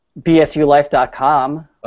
BSULife.com